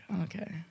okay